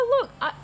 look